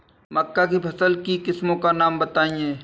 मक्का की फसल की किस्मों का नाम बताइये